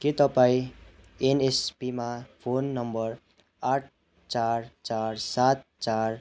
के तपाईँ एनएसपीमा फोन नम्बर आठ चार चार सात चार